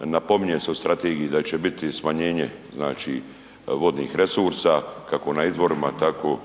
napominje se u strategiji da će biti smanjenje znači vodnih resursa kako na izvorima tako,